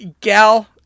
gal